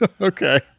okay